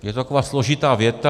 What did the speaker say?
Je to taková složitá věta.